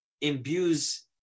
imbues